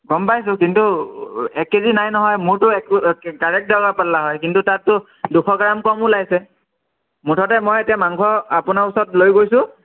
গম পাইছোঁ কিন্তু এক কেজি নাই নহয় মোৰতো ডাইৰেক্ট দগাপাল্লা হয় কিন্তু তাততো দুশ গ্ৰাম কম ওলাইছে মুঠতে মই এতিয়া মাংস আপোনাৰ ওচৰত লৈ গৈছোঁ